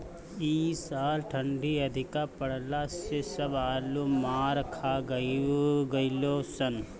इ साल ठंडी अधिका पड़ला से सब आलू मार खा गइलअ सन